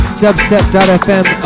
dubstep.fm